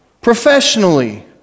professionally